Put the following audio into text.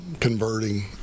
converting